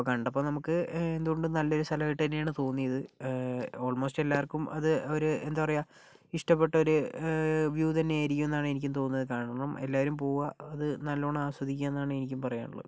അപ്പോൾ കണ്ടപ്പോൾ നമുക്ക് എന്തുകൊണ്ടും നല്ലൊരു സ്ഥലമായിട്ട് തന്നെയാണ് തോന്നിയത് ഓൾമോസ്റ്റ് എല്ലാവർക്കും അത് ഒരു എന്താ പറയുക ഇഷ്ടപ്പെട്ട ഒരു വ്യൂ തന്നെ ആയിരിക്കും എന്നാണ് എനിക്ക് തോന്നുന്നത് കാരണം എല്ലാവരും പോകുക അത് നല്ലവണ്ണം ആസ്വദിക്കുക എന്നാണ് എനിക്ക് പറയാനുള്ളത്